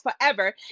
forever